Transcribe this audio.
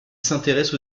s’intéresse